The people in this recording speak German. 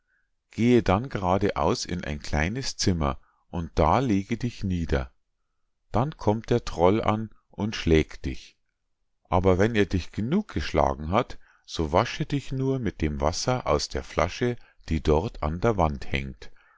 gehe dann grade aus in ein kleines zimmer und da lege dich nieder dann kommt der troll an und schlägt dich aber wenn er dich genug geschlagen hat so wasche dich nur mit dem wasser aus der flasche die dort an der wand hangt